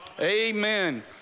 Amen